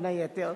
בין היתר,